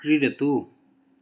क्रीडतु